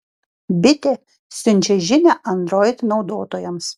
bitė siunčia žinią android naudotojams